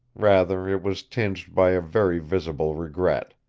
rather it was tinged by very visible regret.